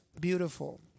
beautiful